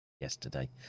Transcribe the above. yesterday